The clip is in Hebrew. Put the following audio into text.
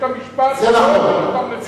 בית-המשפט לא העמיד אותם לדין.